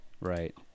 Right